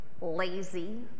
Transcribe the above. lazy